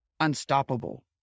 unstoppable